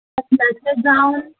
ह्याचें जावन